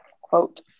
quote